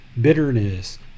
bitterness